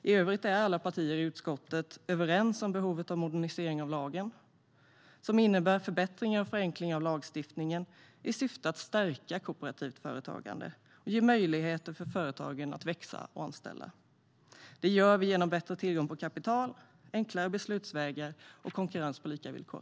I övrigt är alla partier i utskottet överens om behovet av en modernisering av lagen som innebär förbättringar och förenklingar av lagstiftningen i syfte att stärka kooperativt företagande och ge möjlighet för företagen att växa och anställa. Detta gör vi genom bättre tillgång på kapital, enklare beslutsvägar och konkurrens på lika villkor.